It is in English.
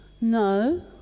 No